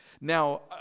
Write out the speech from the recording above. Now